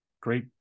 great